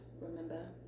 remember